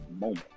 moment